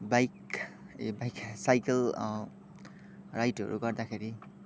bike ए bike cycle राइडहरू गर्दाखेरि